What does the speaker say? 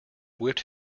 whipped